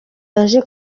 yaje